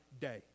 day